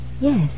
Yes